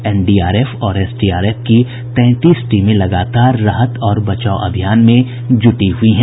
NDRF और SDRF की तैंतीस टीमें लगातार राहत और बचाव अभियान में जुटी हुई हैं